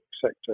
sector